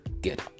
get